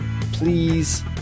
please